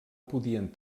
podien